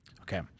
Okay